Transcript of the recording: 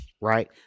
right